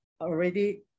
already